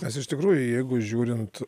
mes iš tikrųjų jeigu žiūrint